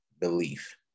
belief